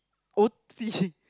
o_t